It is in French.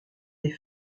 des